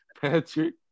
Patrick